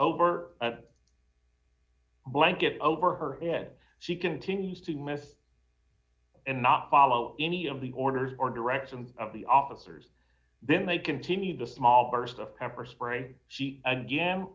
over a blanket over her head she continues to miss and not follow any of the orders or direct some of the officers then they continue the small bursts of pepper spray she a